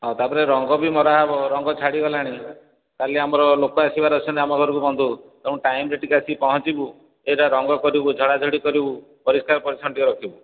ଆଉ ତା'ପରେ ରଙ୍ଗ ବି ମରା ହେବ ରଙ୍ଗ ଛାଡ଼ିଗଲାଣି କାଲି ଆମର ଲୋକ ଆସିବାର ଅଛନ୍ତି ଆମ ଘରକୁ ବନ୍ଧୁ ତେଣୁ ଟାଇମ୍ରେ ଟିକିଏ ଆସି ପହଞ୍ଚିବୁ ଏଗୁଡା ରଙ୍ଗ କରିବୁ ଝଡ଼ାଝଡ଼ି କରିବୁ ପରିଷ୍କାର ପରିଚ୍ଛନ୍ନ ଟିକିଏ ରଖିବୁ